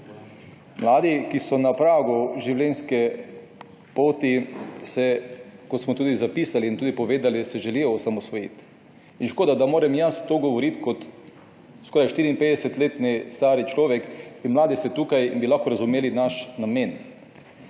Mladi, ki so na pragu življenjske poti, kot smo tudi zapisali in tudi povedali, se želijo osamosvojiti. Škoda da moram jaz tu govoriti kot skoraj 54 let star človek. Mladi ste tukaj in bi lahko razumeli naš namen.